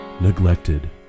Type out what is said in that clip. neglected